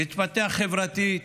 להתפתח חברתית,